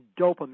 dopamine